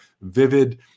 vivid